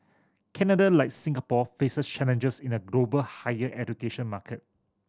Canada like Singapore faces challenges in a global higher education market